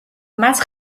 მას